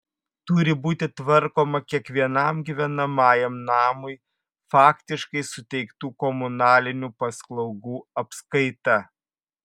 turi būti tvarkoma kiekvienam gyvenamajam namui faktiškai suteiktų komunalinių paslaugų apskaita